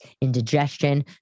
indigestion